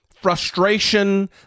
frustration